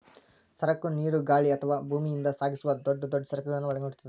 ಸರಕ ನೇರು ಗಾಳಿ ಅಥವಾ ಭೂಮಿಯಿಂದ ಸಾಗಿಸುವ ದೊಡ್ ದೊಡ್ ಸರಕುಗಳನ್ನ ಒಳಗೊಂಡಿರ್ತದ